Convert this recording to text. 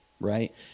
Right